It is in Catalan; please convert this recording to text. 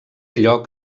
lloc